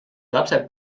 lapsed